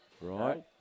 Right